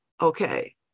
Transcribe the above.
okay